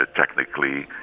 ah technically,